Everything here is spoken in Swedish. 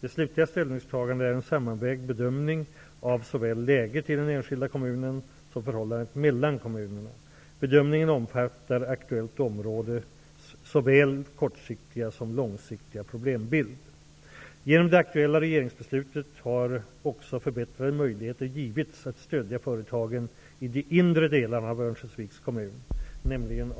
Det slutliga ställningstagandet är en sammanvägd bedömning av såväl läget i den enskilda kommunen som förhållandet mellan kommunerna. Bedömningen omfattar aktuellt områdes såväl kortsiktiga som långsiktiga problembild. Genom det aktuella regeringsbeslutet har också förbättrade möjligheter givits att stödja företagen i de inre delarna av Örnsköldsviks kommun, nämligen